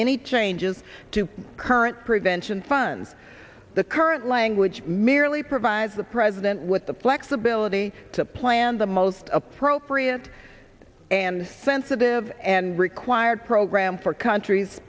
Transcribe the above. any changes to current prevention funds the current language merely provides the president with the flexibility to plan the most appropriate and sensitive and required program for countries